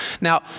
Now